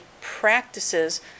practices